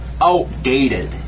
outdated